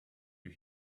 you